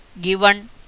given